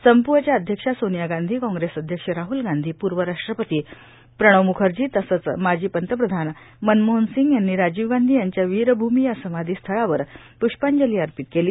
संपूआच्या अध्यक्षा सोनिया गांधी कांग्रेस अध्यक्ष राहूल गांधी पूर्व राष्ट्रपति प्रणव मुखर्जी तसंच माजी पंतप्रधान मनमोहन सिंग यांनी राजीव गांधी यांच्या वीरभूमी या समाधि स्थळावर पुष्पांजली अर्पित केली